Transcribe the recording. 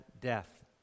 death